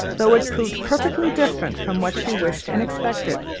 though it proved perfectly different from what she wished and expected,